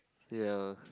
ya